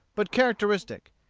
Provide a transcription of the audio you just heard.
but characteristic.